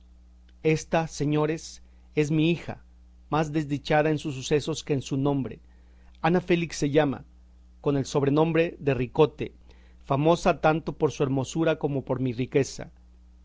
ésta señores es mi hija más desdichada en sus sucesos que en su nombre ana félix se llama con el sobrenombre de ricote famosa tanto por su hermosura como por mi riqueza